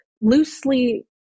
loosely